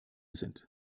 sind